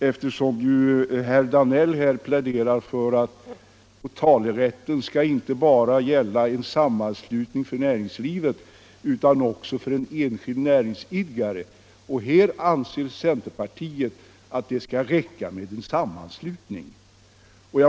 Herr Danell pläderar för att talerätten inte skall gälla bara en sammanslutning inom näringslivet utan också en enskild näringsidkare. Centerpartiet däremot finner att det räcker med en sammanslutning.